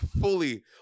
fully